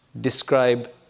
describe